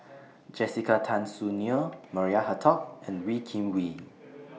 Jessica Tan Soon Neo Maria Hertogh and Wee Kim Wee